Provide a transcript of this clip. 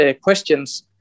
questions